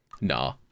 Nah